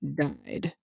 died